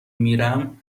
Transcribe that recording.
میرم